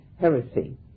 heresy